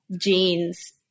jeans